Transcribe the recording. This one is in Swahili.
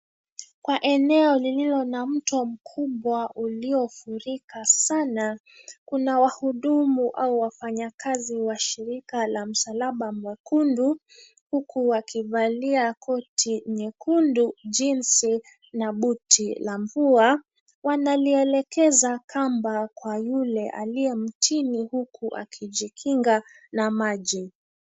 Kwa eneo lililo na mto mkubwa uliofurika sana, kuna wahudumu au wafanyakazi wa shirika la msalaba mwekundu huku wakivalia koti nyekundu jinsi na buti la mvua. Wanalielekeza kamba kwa yule aliye mtini huku akijikinga na maji.